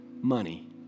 money